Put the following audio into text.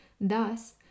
Thus